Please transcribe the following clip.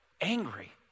angry